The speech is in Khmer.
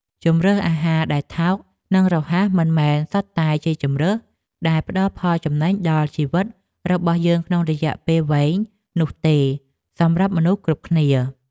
ជម្រើសអាហារដែលថោក និងរហ័សមិនមែនសុទ្ធតែជាជម្រើសដែលផ្តល់ផលចំណេញដល់ជីវិតរបស់យើងក្នុងរយៈពេលវែងនោះទេសម្រាប់មនុស្សគ្រប់គ្នា។